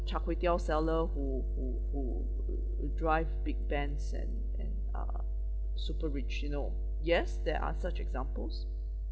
char kway teow seller who who who uh who drive big benz and and are super rich you know yes there are such examples